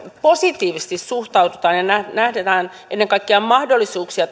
positiivisesti suhtaudutaan ja nähdään ennen kaikkia mahdollisuuksia